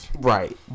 Right